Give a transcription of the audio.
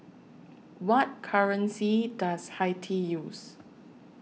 What currency Does Haiti use